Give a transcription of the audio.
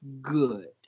good